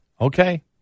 Okay